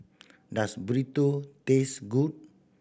does Burrito taste good